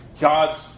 God's